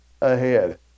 ahead